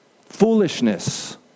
Foolishness